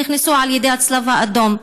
נכנסו על ידי הצלב האדום.